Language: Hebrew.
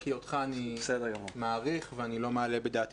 כי אותך אני מעריך ואני לא מעלה בדעתי